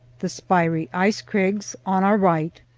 the spiry ice-crags on our right,